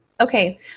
Okay